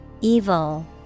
Evil